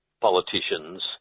politicians